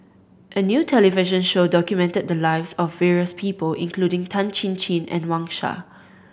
a new television show documented the lives of various people including Tan Chin Chin and Wang Sha